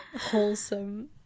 wholesome